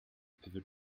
pivot